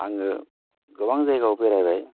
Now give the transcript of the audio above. आङो गोबां जायगायाव बेरायबाय